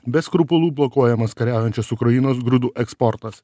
be skrupulų blokuojamas kariaujančios ukrainos grūdų eksportas